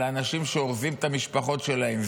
על אנשים שאורזים את המשפחות שלהם,